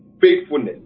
faithfulness